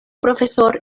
profesor